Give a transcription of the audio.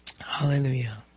Hallelujah